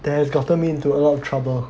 that has gotten me into a lot of trouble